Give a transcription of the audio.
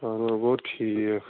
اَہَن حظ گوٚو ٹھیٖک